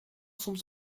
soms